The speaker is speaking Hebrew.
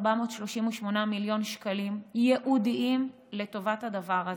438 מיליון שקלים ייעודיים לטובת הדבר הזה,